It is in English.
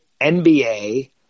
NBA